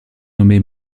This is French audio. nommées